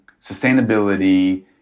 sustainability